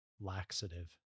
laxative